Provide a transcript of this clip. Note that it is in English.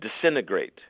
disintegrate